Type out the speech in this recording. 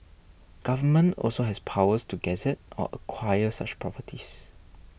government also has powers to gazette or acquire such properties